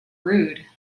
rude